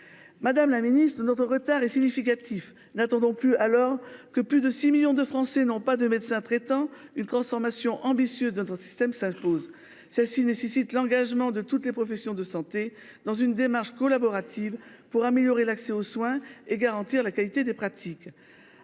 Madame la Ministre notre retard et significatif n'attendons plus alors que plus de 6 millions de Français n'ont pas de médecin traitant une transformation ambitieuse notre système ça pose celle-ci nécessite l'engagement de toutes les professions de santé dans une démarche collaborative pour améliorer l'accès aux soins et garantir la qualité des pratiques